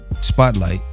spotlight